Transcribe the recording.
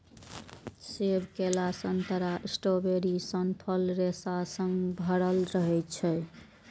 सेब, केला, संतरा, स्ट्रॉबेरी सन फल रेशा सं भरल रहै छै